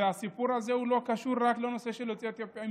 והסיפור הזה לא קשור רק לנושא של יוצאי אתיופיה,